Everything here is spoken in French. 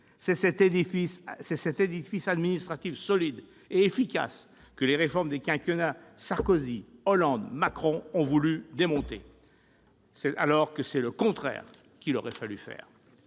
C'est cet édifice administratif solide et efficace que les réformes des quinquennats Sarkozy, Hollande et Macron ont voulu démonter, alors que c'est le contraire qu'il aurait fallu faire.